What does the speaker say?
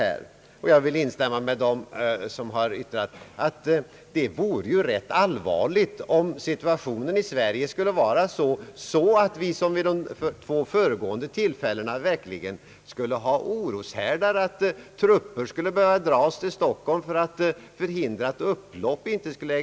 Jag vill i det sammanhanget instämma med dem som har yttrat att det vore allvarligt om situationen i Sverige i dag vore sådan att vi liksom vid de två föregående tillfällena hade oroshärdar, att trupper skulle behöva dras till Stockholm för att förhindra upplopp etc.